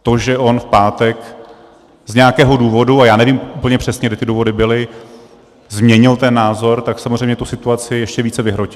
To, že on v pátek z nějakého důvodu, a já nevím úplně přesně, kde ty důvody byly, změnil ten názor, tak samozřejmě situaci ještě více vyhrotilo.